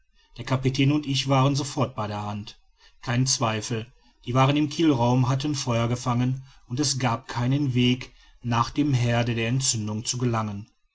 der kapitän und ich waren sofort bei der hand kein zweifel die waaren im kielraum hatten feuer gefangen und es gab keinen weg nach dem herde der entzündung zu gelangen